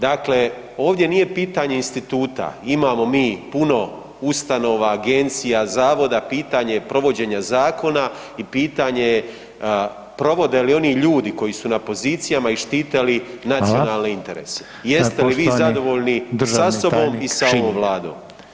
Dakle, ovdje nije pitanje Instituta, imamo mi puno ustanova, agencija, zavoda, pitanje provođenja zakona i pitanje je provode li oni ljudi koji su na pozicijama i štite li nacionalne interese? [[Upadica: Hvala.]] Jeste li vi zadovoljni [[Upadica: Poštovani državni tajnik Šiljeg.]] sa sobom i sa ovom Vladom?